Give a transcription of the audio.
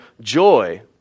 joy